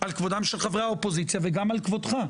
על כבודם של חברי האופוזיציה וגם על כבודך.